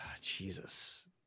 jesus